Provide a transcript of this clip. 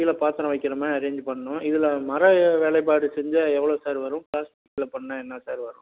கீழே பாத்திரம் வைக்கிற மாதிரி அரேஞ்ச் பண்ணணும் இதில் மர வேலைபாடு செஞ்சால் எவ்வளோ சார் வரும் பிளாஸ்டிக்கில் பண்ணால் என்ன சார் வரும்